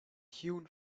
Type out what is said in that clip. hewn